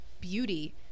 beauty